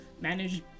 manage